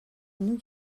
new